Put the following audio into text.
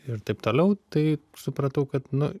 ir taip toliau tai supratau kad nu